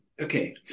Okay